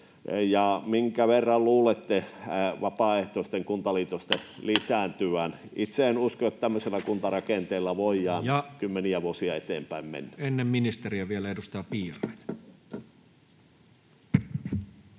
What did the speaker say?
minkä verran luulette vapaaehtoisten kuntaliitosten lisääntyvän? Itse en usko, että tämmöisellä kuntarakenteel-la voidaan kymmeniä vuosia eteenpäin mennä. Ja ennen ministeriä vielä edustaja Piirainen. Kiitoksia,